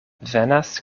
venas